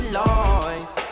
life